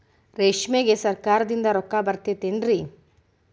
ರೇಷ್ಮೆಗೆ ಸರಕಾರದಿಂದ ರೊಕ್ಕ ಬರತೈತೇನ್ರಿ?